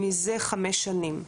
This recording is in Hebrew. זה חמש שנים.